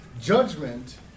judgment